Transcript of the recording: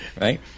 Right